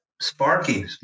Sparky